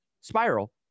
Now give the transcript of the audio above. Spiral